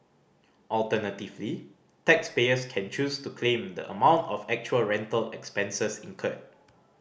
alternatively taxpayers can choose to claim the amount of actual rental expenses incurred